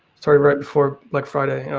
sorry, right before black friday,